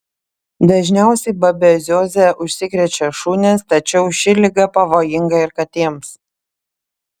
dažniausiai babezioze užsikrečia šunys tačiau ši liga pavojinga ir katėms